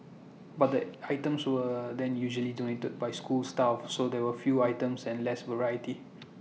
but the items were then usually donated by school staff so there were few items and less variety